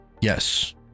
Yes